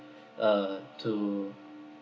uh to